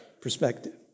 perspective